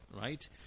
right